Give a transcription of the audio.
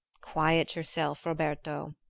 quiet yourself, roberto,